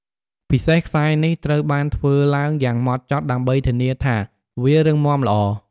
ពិសេសខ្សែទាំងនេះត្រូវបានធ្វើឡើងយ៉ាងម៉ត់ចត់ដើម្បីធានាថាវារឹងមាំល្អ។